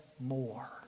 more